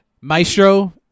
Maestro